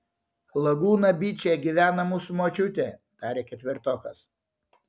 lagūna byče gyvena mūsų močiutė tarė ketvirtokas